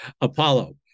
Apollo